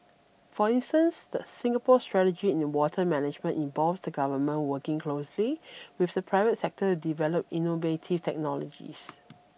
for instance the Singapore's strategy in water management involves the Government working closely with the private sector to develop innovative technologies